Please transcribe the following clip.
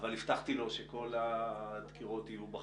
אבל הבטחתי לו שכל הדקירות יהיו בחזה.